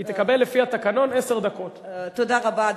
תודה רבה.